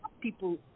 people